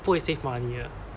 不会 save money ah